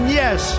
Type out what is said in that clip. yes